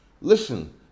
Listen